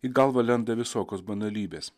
į galvą lenda visokios banalybės